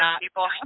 people